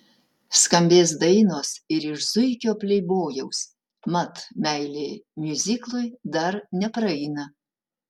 skambės dainos ir iš zuikio pleibojaus mat meilė miuziklui dar nepraeina